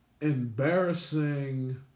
embarrassing